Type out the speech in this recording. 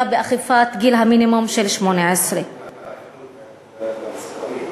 באכיפת גיל המינימום של 18. מספרים.